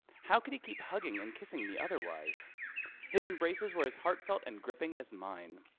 how can he keep hugging and kissing me otherwise his embraces whereas heartfelt and gripping as mine.